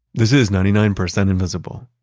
this is ninety nine percent invisible.